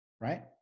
right